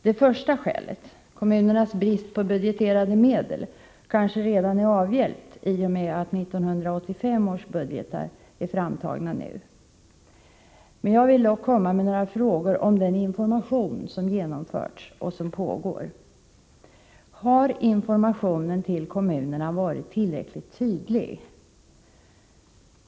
Det första skälet, dvs. kommunernas brist på budgeterade medel, är kanske redan avhjälpt i och med att 1985 år budgetar nu är framtagna. Jag vill dock komma med några frågor om den informationsverksamhet som har genomförts och som pågår. Har informationen till kommunerna varit tillräckligt tydlig?